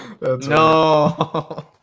No